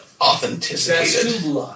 authenticated